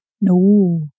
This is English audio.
No